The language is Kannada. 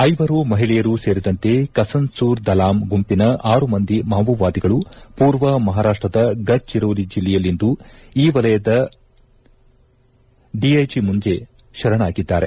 ಐವರು ಮಹಿಳೆಯರು ಸೇರಿದಂತೆ ಕಸನ್ಸೂರ್ದಲಾಮ್ ಗುಂಪಿನ ಆರು ಮಂದಿ ಮಾವೋವಾದಿಗಳು ಪೂರ್ವ ಮಹಾರಾಷ್ಲದ ಗಢ್ಚಿರೋಲಿ ಜಿಲ್ಲೆಯಲ್ಲಿಂದು ಈ ವಲಯದ ಡಿಐಜಿ ಮುಂದೆ ಶರಣಾಗಿದ್ದಾರೆ